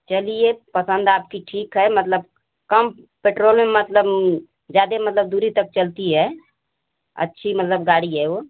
चलिए पसंद आपकी ठीक है मतलब कम पेट्रोल में मतलब ज़्यादा मतलब दूरी तक चलती है अच्छी मतलब गाड़ी है वह